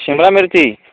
ਸ਼ਿਮਲਾ ਮਿਰਚ ਜੀ